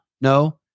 no